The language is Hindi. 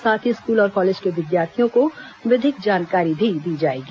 साथ ही स्कूल और कॉलेज के विद्यार्थियों को विधिक जानकारी भी दी जाएगी